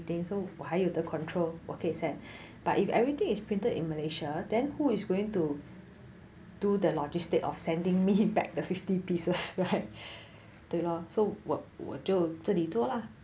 so 我还有得 control 我可以 send but if everything is printed in malaysia then who is going to do the logistics of sending me back the fifty pieces right 对 lor so 我就自己做啦